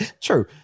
True